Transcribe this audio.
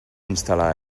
instal·lar